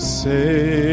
say